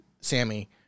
Sammy